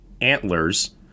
Antlers